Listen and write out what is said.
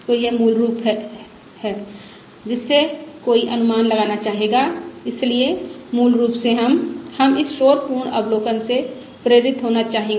तो यह मूल रूप है जिससे कोई अनुमान लगाना चाहेगा इसलिए मूल रूप से हम हम इस शोर पूर्ण अवलोकन से प्रेरित होना चाहेंगे